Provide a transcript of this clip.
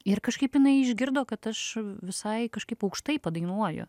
ir kažkaip jinai išgirdo kad aš visai kažkaip aukštai padainuoju